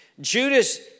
Judas